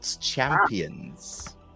champions